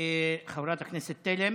חברת הכנסת תלם.